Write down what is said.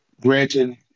granted